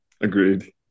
Agreed